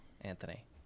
anthony